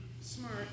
smart